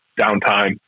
downtime